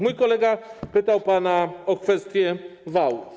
Mój kolega pytał pana o kwestię wałów.